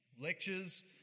lectures